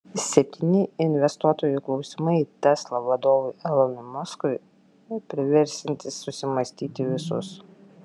septyni investuotojų klausimai tesla vadovui elonui muskui priversiantys susimąstyti visus